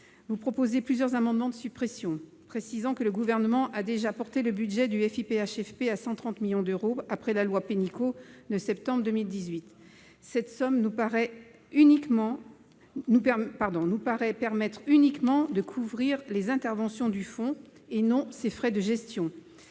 Vous proposez plusieurs amendements de suppression, précisant que le Gouvernement a déjà porté le budget du FIPHFP à 130 millions d'euros après la loi Pénicaud de septembre 2018. Or cette somme, selon nous, permettrait uniquement de couvrir les interventions du fonds, non ses frais de gestion.